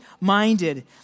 minded